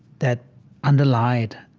that underlied,